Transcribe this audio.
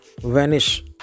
Vanish